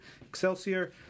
Excelsior